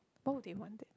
why would they want that